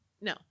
no